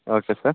okay sir